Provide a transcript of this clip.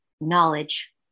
knowledge